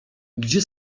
gdzie